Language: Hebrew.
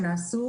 שנעשו,